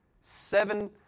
Seven